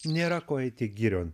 nėra ko eiti girion